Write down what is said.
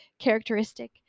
characteristic